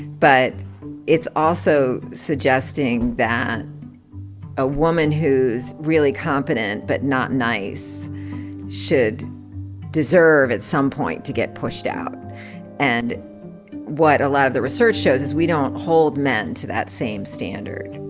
but it's also suggesting that a woman who's really competent but not nice should deserve at some point to get pushed out and what a lot of the research shows is we don't hold men to that same standard.